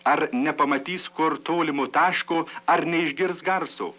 ar nepamatys kur tolimo taško ar neišgirs garso